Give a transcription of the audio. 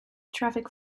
traffic